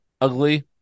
ugly